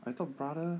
I thought brother